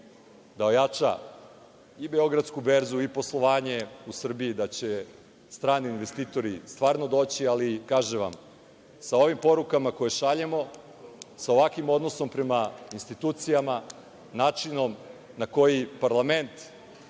da ojača i Beogradsku berzu i poslovanje u Srbiji, da će strani investitori stvarno doći. Kažem vam, sa ovim porukama koje šaljemo, sa ovakvim odnosom prema institucijama, načinom na koji parlament